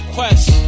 Quest